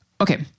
Okay